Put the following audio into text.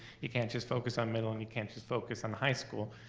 you can't just focus on middle, and you can't just focus on high school,